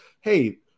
hey